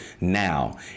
now